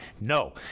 no